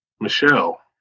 Michelle